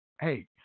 hey